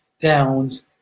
downs